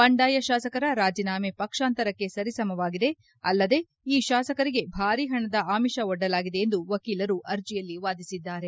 ಬಂಡಾಯ ಶಾಸಕರ ರಾಜೀನಾಮೆ ಪಕ್ಷಾಂತರಕ್ಕೆ ಸರಿಸಮವಾಗಿದೆ ಅಲ್ಲದೆ ಈ ಶಾಸಕರಿಗೆ ಭಾರೀ ಹಣದ ಅಮಿಷ ಒಡ್ಡಲಾಗಿದೆ ಎಂದು ವಕೀಲರು ಅರ್ಜೆಯಲ್ಲಿ ವಾದಿಸಿದ್ದಾರೆ